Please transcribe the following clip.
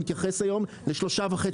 שמתייחס היום ל- 3.5 מיליון שקלים.